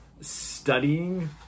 studying